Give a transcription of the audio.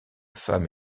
femme